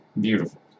beautiful